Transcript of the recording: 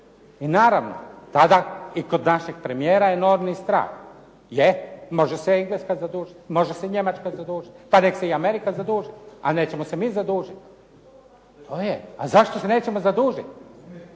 I naravno, tada i kod našeg premijera je enormni strah. Je, može se Engleska zadužiti, može se Njemačka zadužiti, pa nek se i Amerika zaduži, ali nećemo se mi zadužiti. A zašto se nećemo zadužiti?